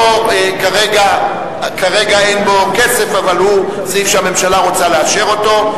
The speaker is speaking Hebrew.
שכרגע אין בו כסף אבל הוא סעיף שהממשלה רוצה לאשר אותו,